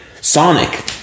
sonic